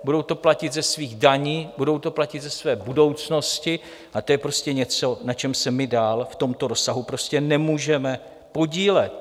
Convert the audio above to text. Budou to platit ze svých daní, budou to platit ze své budoucnosti, a to je prostě něco, na čem se dál v tomto rozsahu prostě nemůžeme podílet.